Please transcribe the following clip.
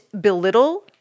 belittle